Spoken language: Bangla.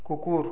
কুকুর